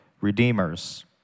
redeemers